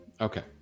Okay